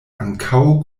ankaŭ